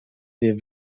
der